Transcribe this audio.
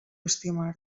estimar